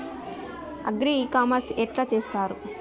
Agri e commerce ఎట్ల చేస్తరు?